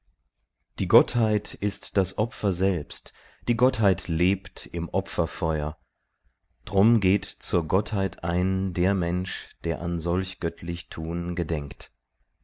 die gottheit ist das opfer selbst die gottheit lebt im opferfeu'r drum geht zur gottheit ein der mensch der an solch göttlich tun gedenkt